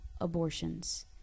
abortions